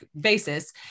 basis